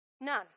none